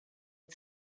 had